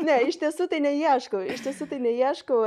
ne iš tiesų tai neieškau iš tiesų tai neieškau